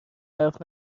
حرف